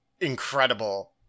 incredible